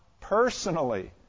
Personally